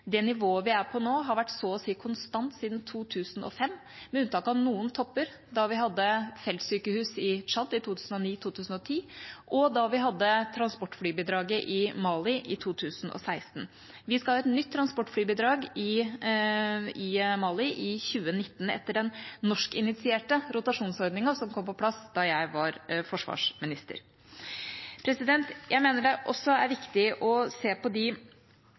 Det nivået vi er på nå, har vært så å si konstant siden 2005, med unntak av noen topper da vi hadde feltsykehus i Tsjad i 2009–2010, og da vi hadde transportflybidraget i Mali i 2016. Vi skal ha et nytt transportflybidrag i Mali i 2019, etter den norsk-initierte rotasjonsordningen som kom på plass da jeg var forsvarsminister. Jeg mener det også er viktig å se på de